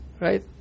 right